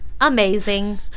amazing